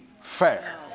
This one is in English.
fair